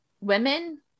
women